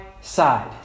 side